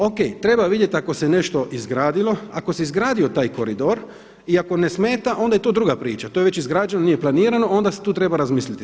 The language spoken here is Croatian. O.k., treba vidjeti ako se nešto izgradilo, ako se izgradio taj koridor i ako ne smeta onda je to druga priča, to je već izgrađeno nije planirano onda se tu treba razmisliti.